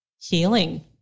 healing